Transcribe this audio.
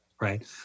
Right